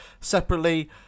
separately